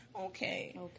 Okay